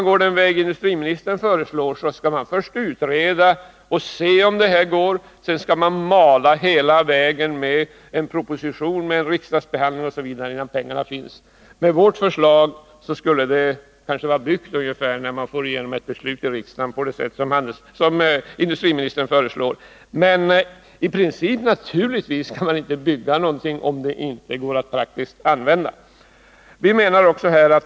Men industriministerns förslag innebär att man först skall utreda frågan, och sedan skall man mala hela vägen med en proposition, riksdagsbehandling osv. innan pengar finns tillgängliga. Med bifall till vårt förslag skulle bygget vara klart ungefär vid den tidpunkt när vi enligt industriministerns tågordning skulle vara framme vid att fatta beslut. Men naturligtvis kan man inte bygga någonting som inte går att praktiskt använda.